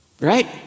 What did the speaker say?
Right